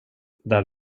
där